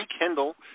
rekindle